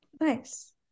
Nice